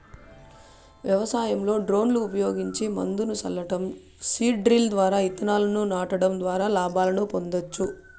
వ్యవసాయంలో డ్రోన్లు ఉపయోగించి మందును సల్లటం, సీడ్ డ్రిల్ ద్వారా ఇత్తనాలను నాటడం ద్వారా లాభాలను పొందొచ్చు